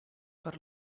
per